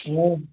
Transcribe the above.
आं